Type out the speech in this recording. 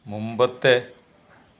മുമ്പത്തെ